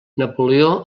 napoleó